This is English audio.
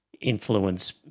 influence